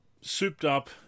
souped-up